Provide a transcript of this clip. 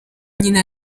nyina